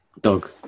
dog